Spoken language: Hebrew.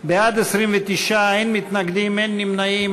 בעד, 29, אין מתנגדים ואין נמנעים.